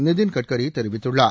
நிதின் கட்கரி தெரிவித்துள்ளார்